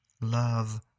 love